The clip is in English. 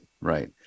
right